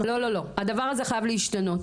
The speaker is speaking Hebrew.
לא, הדבר הזה חייב להשתנות.